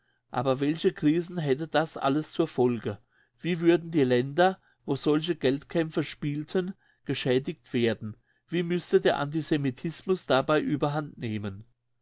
aber welche krisen hätte das alles zur folge wie würden die länder wo solche geldkämpfe spielten geschädigt werden wie müsste der antisemitismus dabei überhandnehmen